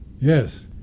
Yes